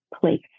place